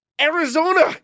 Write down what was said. Arizona